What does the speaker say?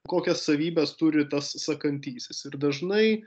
kokias savybes turi tas sakantysis ir dažnai